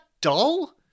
dull